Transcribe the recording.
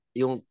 yung